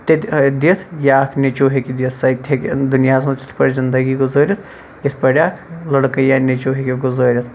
تِتہ دِتھ یہِ اکھ نیٚچوٗ ہیٚکہِ دِتھ سۄ تہِ ہیٚکہِ دُنیَہَس مَنٛز تِتھ پٲٹھۍ زِندگی گُزٲرِتھ یِتھ پٲٹھۍ اکھ لڑکہٕ یا نیٚچوٗ ہیٚکہِ گُزٲرِتھ